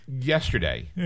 Yesterday